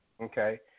Okay